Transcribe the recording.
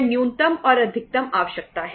यह न्यूनतम और अधिकतम आवश्यकता है